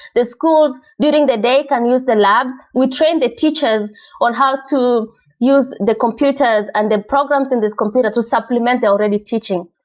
the schools during the day can use the labs. we trained the teachers on how to use computers and the programs in this computer to supplement they're already teaching.